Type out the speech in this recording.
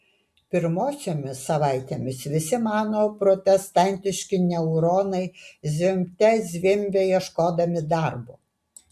pirmosiomis savaitėmis visi mano protestantiški neuronai zvimbte zvimbė ieškodami darbo